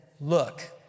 look